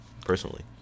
personally